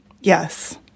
Yes